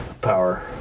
power